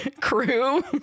crew